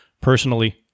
personally